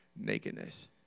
nakedness